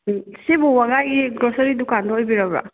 ꯁꯤꯕꯨ ꯋꯒꯥꯏꯒꯤ ꯒ꯭ꯂꯣꯁꯔꯤ ꯗꯨꯀꯥꯟꯗꯣ ꯑꯣꯏꯕꯤꯔꯕ꯭ꯔꯣ